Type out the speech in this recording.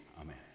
amen